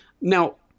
Now